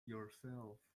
yourself